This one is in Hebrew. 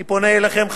אני פונה אליכם,